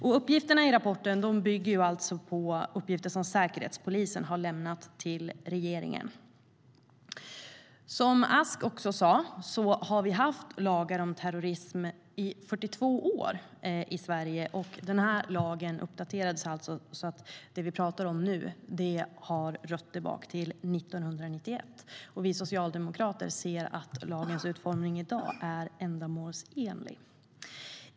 Informationen i rapporten bygger på uppgifter som Säkerhetspolisen har lämnat till regeringen. Som Ask också sa har lagar om terrorism funnits i 42 år i Sverige. Den lag vi talar om nu har uppdaterats och har rötter tillbaka till 1991. Vi socialdemokrater anser att lagens utformning i dag är ändamålsenlig.